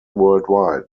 worldwide